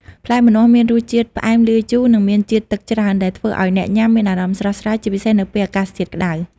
ផ្លែម្នាស់មានរសជាតិ ផ្អែមលាយជូរ និងមានជាតិទឹកច្រើន ដែលធ្វើឱ្យអ្នកញ៉ាំមានអារម្មណ៍ស្រស់ស្រាយ ជាពិសេសនៅពេលអាកាសធាតុក្តៅ។